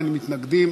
אין מתנגדים,